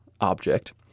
object